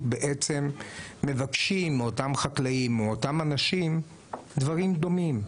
בעצם מבקשים מאותם חקלאים או אותם אנשים דברים דומים,